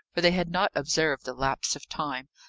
for they had not observed the lapse of time,